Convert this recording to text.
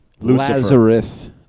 Lazarus